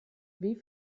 wie